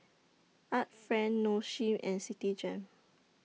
Art Friend Nong Shim and Citigem